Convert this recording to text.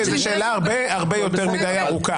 זו שאלה הרבה יותר מדי ארוכה.